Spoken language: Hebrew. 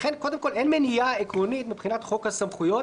לכן אין מניעה עקרונית מבחינת חוק הסמכויות